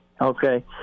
okay